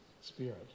Spirit